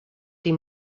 die